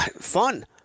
fun